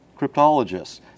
cryptologists